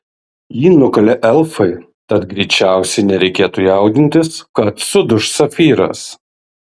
jį nukalė elfai tad greičiausiai nereikėtų jaudintis kad suduš safyras